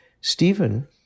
Stephen